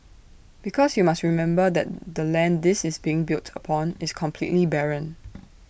because you must remember that the land this is being built upon is completely barren